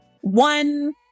one